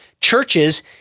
churches